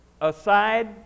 aside